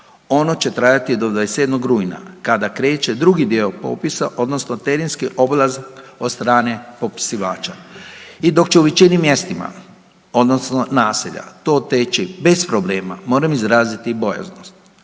Ono će trajati do 27. rujna kada kreće drugi dio popisa odnosno terenski obilazak od strane popisivača. I dok će u većini mjestima odnosno naselja to teći bez problema moram izraziti bojaznost